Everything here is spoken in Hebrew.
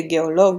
כגאולוג,